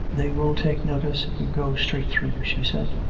they will take notice if we go straight through, she said.